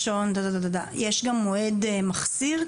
לשון יש גם מועד מחסיר,